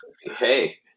Hey